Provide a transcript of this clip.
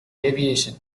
aviation